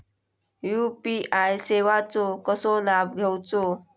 UPI सेवाचो कसो लाभ घेवचो?